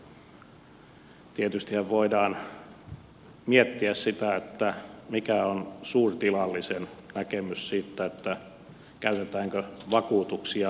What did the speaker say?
tietystihän voi daan miettiä sitä että mikä on suurtilallisen näkemys siitä käytetäänkö vakuutuksia vakuutussuunnitteluun